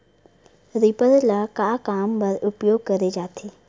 Reaper ल का काम बर उपयोग करे जाथे?